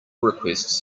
requests